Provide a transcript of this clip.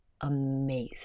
amazing